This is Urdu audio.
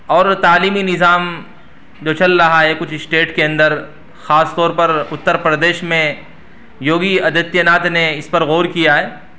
اور تعلیمی نظام جو چل رہا ہے کچھ اسٹیٹ کے اندر خاص طور پر اتر پردیش میں یوگی آدتیہ ناتھ نے اس پر غور کیا ہے